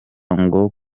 ngo